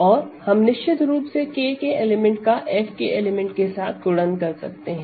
और हम निश्चित रूप से K के एलिमेंट का F के एलिमेंट के साथ गुणन कर सकते हैं